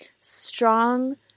strong